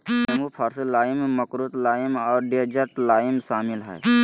नींबू फारसी लाइम, मकरुत लाइम और डेजर्ट लाइम शामिल हइ